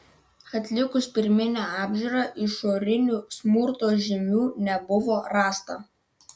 atlikus pirminę apžiūrą išorinių smurto žymių nebuvo rasta